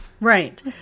Right